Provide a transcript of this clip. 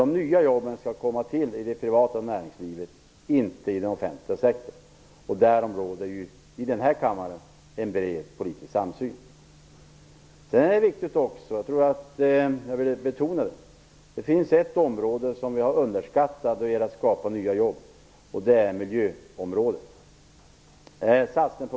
De nya jobben skall komma till i det privata näringslivet, inte i den offentliga sektorn, och därom råder ju i denna kammare en bred politisk samsyn. Det är också viktigt, och jag vill betona det, att det finns ett område som är underskattat när det gäller att skapa nya jobb, och det är miljöområdet.